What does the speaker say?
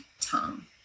tongue